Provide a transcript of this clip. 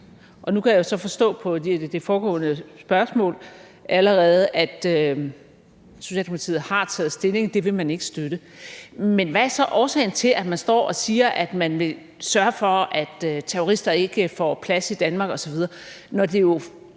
Nu kan jeg så forstå på det foregående spørgsmål, at Socialdemokratiet allerede har taget stilling – det vil man ikke støtte. Men hvad er så årsagen til, at man står og siger, at man vil sørge for, at terrorister ikke får plads i Danmark osv., når det jo